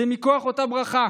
זה מכוח אותה ברכה